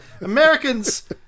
Americans